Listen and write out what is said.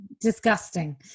disgusting